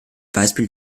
beispiel